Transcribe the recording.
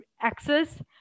access